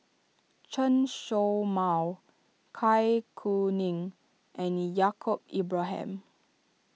Chen Show Mao Zai Kuning and Yaacob Ibrahim